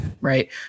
right